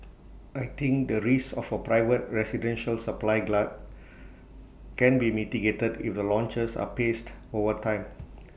I think the risk of A private residential supply glut can be mitigated if the launches are paced over time